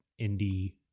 indie